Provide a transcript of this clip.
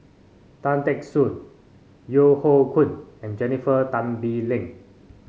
Tan Teck Soon Yeo Hoe Koon and Jennifer Tan Bee Leng